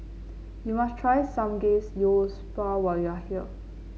you must try Samgeyopsal when you are here